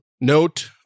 note